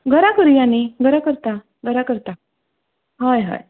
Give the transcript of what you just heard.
घरा करुया न्ही घरा करता घर करता हय हय